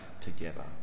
together